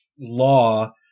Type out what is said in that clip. law